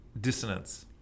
dissonance